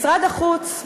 משרד החוץ,